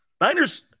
Niners